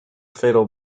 fatal